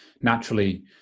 naturally